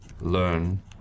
learn